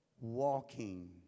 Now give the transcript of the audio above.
walking